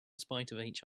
spite